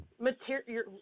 Material